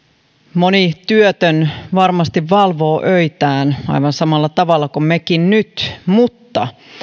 moni työtön varmasti valvoo öitään aivan samalla tavalla kuin mekin nyt mutta